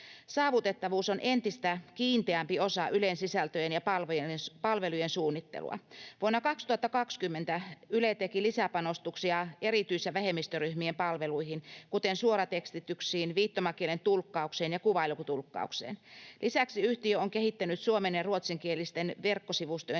Saavutettavuus on entistä kiinteämpi osa Ylen sisältöjen ja palvelujen suunnittelua. Vuonna 2020 Yle teki lisäpanostuksia erityis- ja vähemmistöryhmien palveluihin, kuten suoratekstityksiin, viittomakielen tulkkaukseen ja kuvailutulkkaukseen. Lisäksi yhtiö on kehittänyt suomen- ja ruotsinkielisten verkkosivustojensa